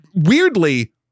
Weirdly